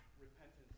repentance